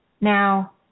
Now